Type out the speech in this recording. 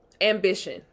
ambition